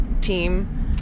team